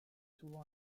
souvent